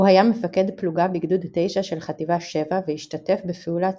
הוא היה מפקד פלוגה בגדוד 9 של חטיבה 7 והשתתף בפעולת